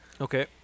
Okay